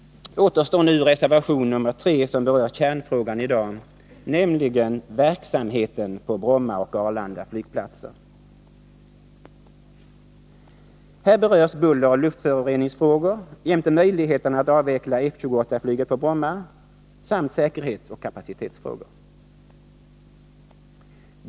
Återstår nu reservation 3 som berör kärnfrågan i dag, nämligen verksamheten på Bromma och Arlanda flygplatser. Här berörs bulleroch luftföroreningsfrågor jämte möjligheterna att avveckla F-28-flyget på Bromma samt säkerhetsoch kapacitetsfrågor.